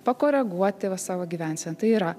pakoreguoti va savo gyvenseną tai yra